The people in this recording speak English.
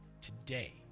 today